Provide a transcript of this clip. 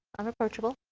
i'm approachable.